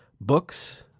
Books